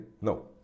no